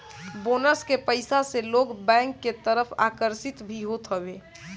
bonus के पईसा से लोग बैंक के तरफ आकर्षित भी होत हवे